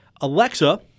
Alexa